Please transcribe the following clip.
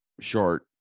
short